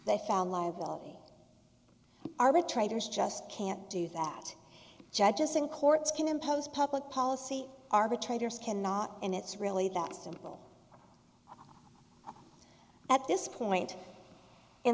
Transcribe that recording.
they found liability arbitrators just can't do that judges and courts can impose public policy arbitrators cannot and it's really that simple at this point in